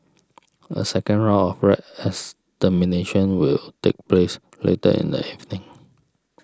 a second round of rat extermination will take place later in the evening